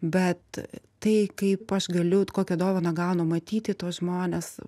bet tai kaip aš galiu kokią dovaną gaunu matyti tuos žmones